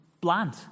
bland